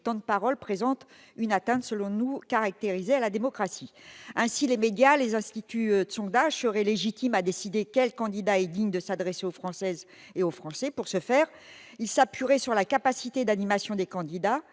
représente, selon nous, une atteinte caractérisée à la démocratie. Ainsi, les médias et les instituts de sondage seraient légitimes à décider quel candidat est digne de s'adresser aux Françaises et aux Français. Pour ce faire, ils s'appuieraient, d'une part, sur la « capacité d'animation » des candidats-